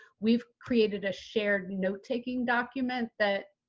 we've created a shared note-taking document that,